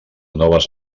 noves